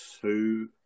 two